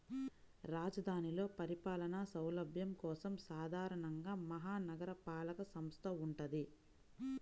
రాజధానిలో పరిపాలనా సౌలభ్యం కోసం సాధారణంగా మహా నగరపాలక సంస్థ వుంటది